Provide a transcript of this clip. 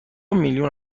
میلیون